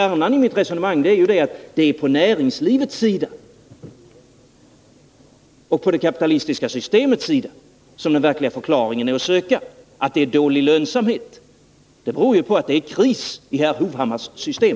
Kärnan i mitt resonemang är ju att det är på näringslivets sida och på det kapitalistiska systemets sida som den verkliga förklaringen är att söka. Att det är dålig lönsamhet beror ju på att det är kris i herr Hovhammars system.